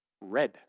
Red